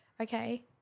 okay